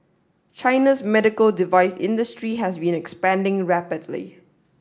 China's medical device industry has been expanding rapidly